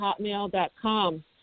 Hotmail.com